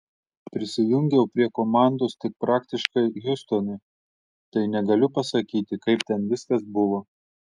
prisijungiau prie komandos tik praktiškai hjustone tai negaliu pasakyti kaip ten viskas buvo